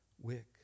wick